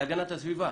להגנת הסביבה